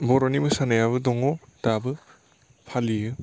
बर'नि मोसानायाबो दङ दाबो फालियो